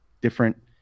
different